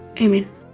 Amen